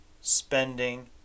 spending